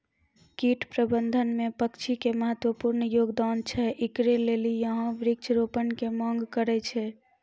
कीट प्रबंधन मे पक्षी के महत्वपूर्ण योगदान छैय, इकरे लेली यहाँ वृक्ष रोपण के मांग करेय छैय?